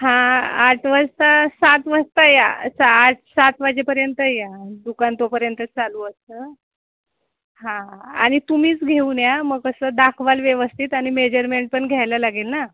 हां आठ वाजता सात वाजता या सा आठ सात वाजेपर्यंत या दुकान तोपर्यंत चालू असतं हां आणि तुम्हीच घेऊन या मग असं दाखवाल व्यवस्थित आणि मेजरमेंट पण घ्यायला लागेल ना